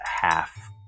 Half